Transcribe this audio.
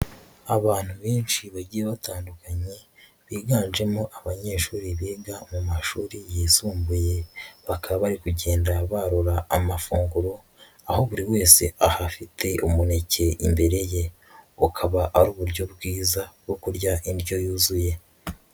Abantu benshi bagiye batandukanye, biganjemo abanyeshuri biga mu mashuri yisumbuye, bakaba bari kugenda barura amafunguro, aho buri wese ahafite umuneke imbere ye, bukaba ari uburyo bwiza bwo kurya indyo yuzuye.